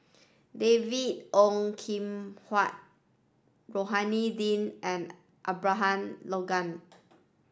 David Ong Kim Huat Rohani Din and Abraham Logan